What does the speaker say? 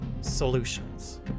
solutions